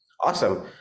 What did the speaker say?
Awesome